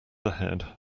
ahead